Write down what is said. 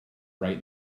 write